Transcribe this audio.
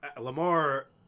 Lamar